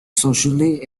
socially